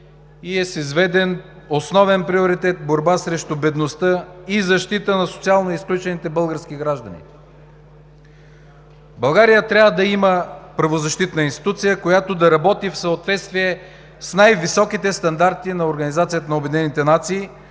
и е с изведен основен приоритет борба срещу бедността и защита на социално изключените български граждани. България трябва да има правозащитна институция, която да работи в съответствие с най-високите стандарти на